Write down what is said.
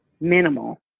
minimal